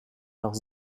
noch